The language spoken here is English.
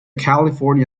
california